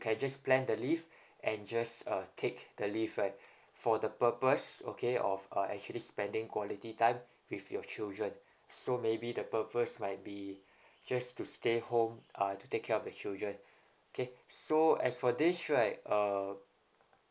can just plan the leave and just uh take the leave right for the purpose okay of uh actually spending quality time with your children so maybe the purpose might be just to stay home uh to take care of the children okay so as for this right err